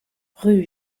rue